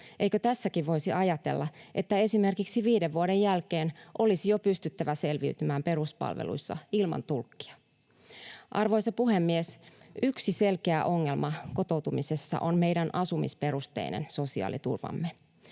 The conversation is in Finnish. Eikö tässäkin voisi ajatella, että esimerkiksi viiden vuoden jälkeen olisi jo pystyttävä selviytymään peruspalveluissa ilman tulkkia? Arvoisa puhemies! Yksi selkeä ongelma kotoutumisessa on meidän asumisperusteinen sosiaaliturvamme.